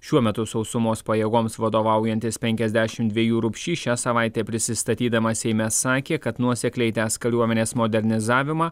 šiuo metu sausumos pajėgoms vadovaujantis penkiasdešim dvejų rupšys šią savaitę prisistatydamas seime sakė kad nuosekliai tęs kariuomenės modernizavimą